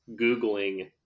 Googling